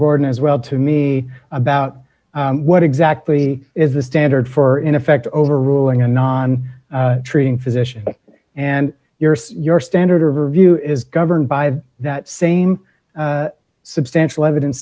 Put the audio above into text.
gordon as well to me about what exactly is the standard for in effect overruling a non treating physician and your your standard of review is governed by that same substantial evidence